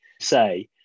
say